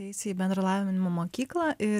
eis į bendro lavinimo mokyklą ir